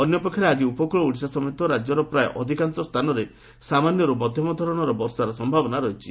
ଅନ୍ୟପକ୍ଷରେ ଆଜି ଉପକ୍ଳ ଓଡ଼ିଶା ସମେତ ରାଜ୍ୟର ପ୍ରାୟ ଅଧିକାଂଶ ସ୍ତାନରେ ସାମାନ୍ୟରୁ ମଧ୍ୟମ ଧରଣର ବର୍ଷା ସମ୍ଭାବନା ରହିଛି